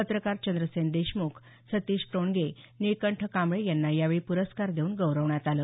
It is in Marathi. पत्रकार चंद्रसेन देशमुख सतीश टोणगे निळकंठ कांबळे यांना यावेळी पुरस्कार देऊन गौरवण्यात आलं